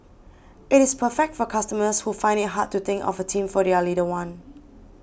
it is perfect for customers who find it hard to think of a theme for their little one